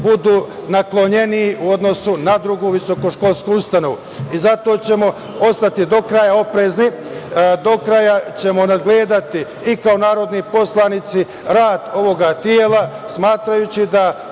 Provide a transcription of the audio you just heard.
budu naklonjeniji u odnosu na drugu visokoškolsku ustanovu. Zato ćemo ostati do kraja oprezni, do kraja ćemo nadgledati i kao narodni poslanici rad ovog tela, smatrajući da